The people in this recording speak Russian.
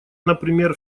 например